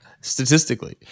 Statistically